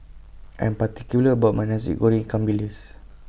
I'm particular about My Nasi Goreng Ikan Bilis